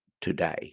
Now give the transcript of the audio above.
today